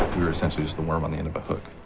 we were essentially just the worm on the end of a hook,